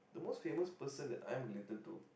the most famous person that I'm related to